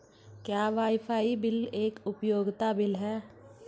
क्या wifi bill एक उपयोगिता बिल है?